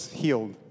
healed